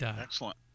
Excellent